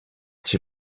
cię